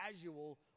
casual